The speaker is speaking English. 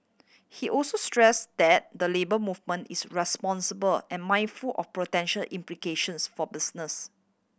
he also stress that the Labour Movement is responsible and mindful of potential implications for business